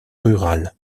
rurales